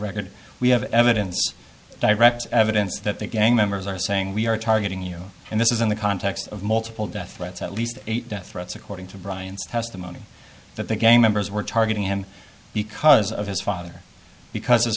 red we have evidence direct evidence that that gang members are saying we are targeting you and this is in the context of multiple death threats at least eight death threats according to brian's testimony that the gay members were targeting him because of his father because his